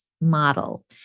model